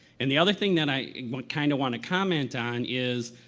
and the other thing that i kind of want to comment on is,